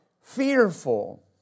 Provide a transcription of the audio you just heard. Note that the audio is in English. fearful